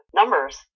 numbers